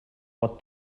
pot